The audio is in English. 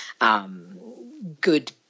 good